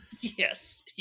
Yes